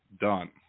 Done